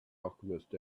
alchemist